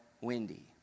windy